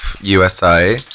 USI